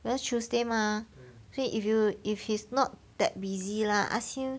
that's tuesday mah so if you if he's not that busy lah ask him